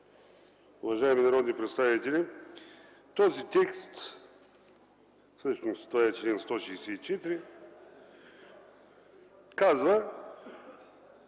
уважаеми народни представители! Този текст, всъщност това е чл. 164, казва